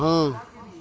हाँ